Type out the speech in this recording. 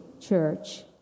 church